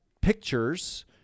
pictures